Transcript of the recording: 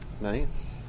Nice